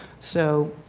so